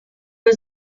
was